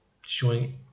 showing